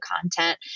content